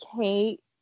Kate